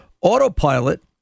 Autopilot